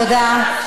תודה.